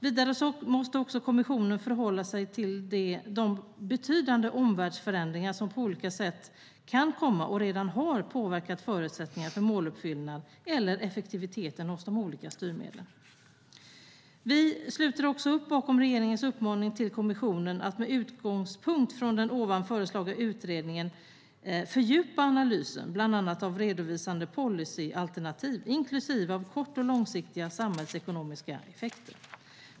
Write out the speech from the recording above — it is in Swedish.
Vidare måste kommissionen förhålla sig till de betydande omvärldsförändringar som på olika sätt kan komma att påverka och redan har påverkat förutsättningar för måluppfyllnad eller effektiviteten hos de olika styrmedlen. Vi sluter upp bakom regeringens uppmaning till kommissionen att med utgångspunkt från den föreslagna utredningen fördjupa analysen bland annat av redovisade policyalternativ inklusive kort och långsiktiga samhällsekonomiska effekter.